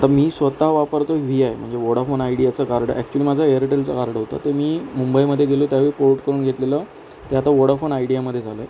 आता मी स्वतः वापरतो व्ही आय म्हणजे वोडाफोन आयडियाचं कार्ड ॲक्च्युली माझं एअरटेलचं कार्ड होतं ते मी मुंबईमध्ये गेलो त्या वेळी पोर्ट करून घेतलेलं ते आता वोडाफोन आयडियामध्ये झालं